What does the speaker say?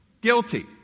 Guilty